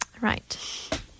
Right